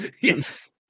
Yes